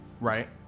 Right